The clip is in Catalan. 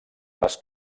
les